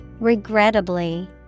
Regrettably